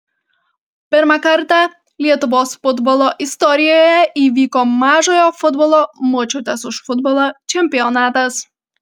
pirmą kartą lietuvos futbolo istorijoje įvyko mažojo futbolo močiutės už futbolą čempionatas